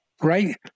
Right